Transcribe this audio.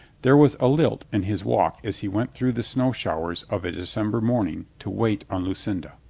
there was a lilt in his walk as he went through the snow showers of a december morning to wait on lucinda.